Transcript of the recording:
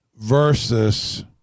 versus